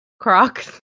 Crocs